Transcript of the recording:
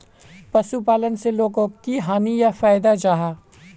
पशुपालन से लोगोक की हानि या फायदा जाहा?